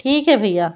ठीक है भईया